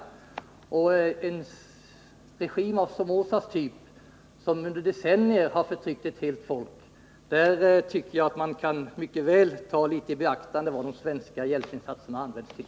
När det gäller en regim av Somozaregimens typ, som under decennier har förtryckt ett helt folk, tycker jag att man mycket väl kan ta i beaktande vad de svenska hjälpinsatserna används till.